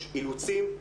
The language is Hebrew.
יש אילוצים,